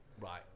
Right